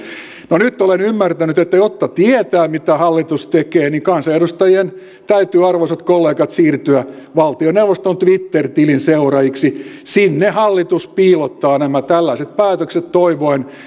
no nyt olen ymmärtänyt että jotta tietää mitä hallitus tekee niin kansanedustajien täytyy arvoisat kollegat siirtyä valtioneuvoston twitter tilin seuraajiksi sinne hallitus piilottaa nämä tällaiset päätökset toivoen